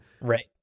Right